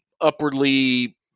upwardly